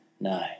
No